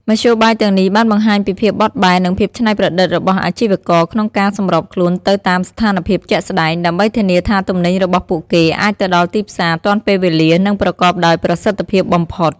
មធ្យោបាយទាំងនេះបានបង្ហាញពីភាពបត់បែននិងភាពច្នៃប្រឌិតរបស់អាជីវករក្នុងការសម្របខ្លួនទៅតាមស្ថានភាពជាក់ស្តែង ដើម្បីធានាថាទំនិញរបស់ពួកគេអាចទៅដល់ទីផ្សារទាន់ពេលវេលា និងប្រកបដោយប្រសិទ្ធភាពបំផុត។